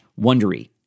wondery